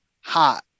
hot